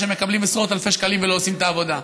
שמקבלים עשרות אלפי שקלים ולא עושים את העבודה.